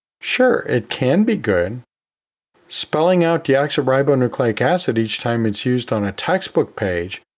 sure, it can be good spelling out deoxyribonucleic acid each time it's used on a textbook page,